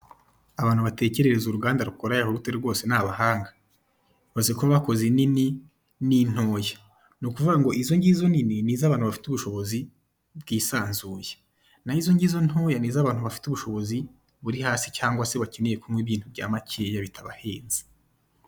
Abantu batekerereza uruganda rukora yawurute rwose ni abahanga! Ibaze ko bakoze inini n'intoya ni ukuvuga ngo izo ngizo nini ni iz'abantu bafite ubushobozi bwisanzuye, n'aho izo ngizo ntoya ni iz'abantu bafite ubushobozi buri hasi cyangwa se bakeneye kunywa ibintu bya makeya bitabahenze.